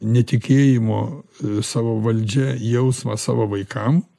netikėjimo savo valdžia jausmą savo vaikam